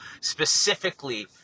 specifically